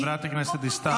חברת הכנסת דיסטל.